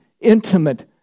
intimate